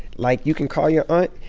like, you can call your aunt,